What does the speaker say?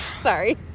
Sorry